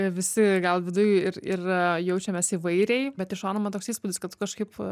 visi gal viduj ir ir jaučiamės įvairiai bet iš šono man toks įspūdis kad tu kažkaip